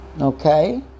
Okay